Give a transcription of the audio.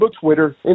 Twitter